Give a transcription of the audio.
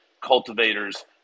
cultivators